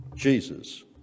Jesus